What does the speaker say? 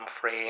free